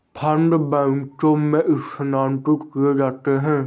fund बैचों में स्थानांतरित किए जाते हैं